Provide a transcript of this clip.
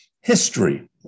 History